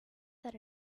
that